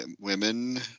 women